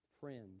Friends